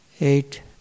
eight